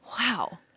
Wow